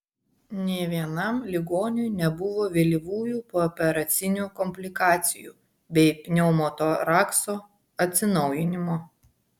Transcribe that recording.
nė vienam ligoniui nebuvo vėlyvųjų pooperacinių komplikacijų bei pneumotorakso atsinaujinimo